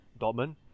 Dortmund